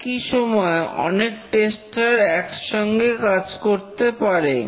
একই সময়ে অনেক টেস্টার একসঙ্গে কাজ করতে পারে